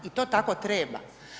I to tako treba.